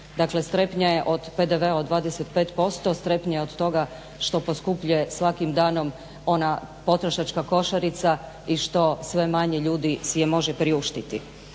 strepnja je od PDV-a od 25%, strepnja je od toga što poskupljuje svakim danom ona potrošačka košarica i što sve manje ljudi si je može priuštiti.